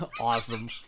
Awesome